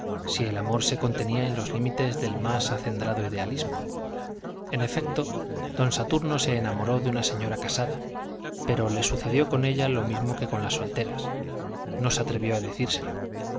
si el amor se contenía en los límites del más acendrado idealismo en efecto don saturno se enamoró de una señora casada pero le sucedió con ella lo mismo que con las solteras no se atrevió a decírselo